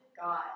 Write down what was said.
God